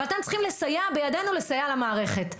אבל אתם צריכים לסייע בידינו לסייע למערכת.